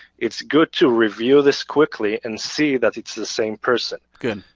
it's good to review this quickly and see that it's the same person. good.